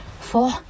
Four